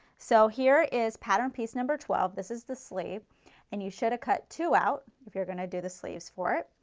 so here is pattern piece number twelve. this is the sleeve and you should have cut two out, if you are going to do the sleeves for it.